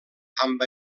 amb